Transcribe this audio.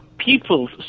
people's